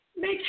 make